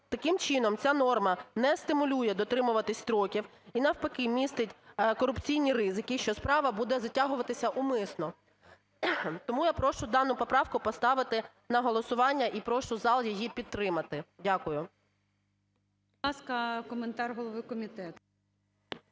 Таким чином, ця норма не стимулює дотримуватись строків і, навпаки, містить корупційні ризики, що справа буде затягуватися умисно. Тому я прошу дану поправку поставити на голосування і прошу зал її підтримати. Дякую.